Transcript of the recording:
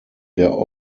der